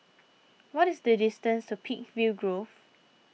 what is the distance to Peakville Grove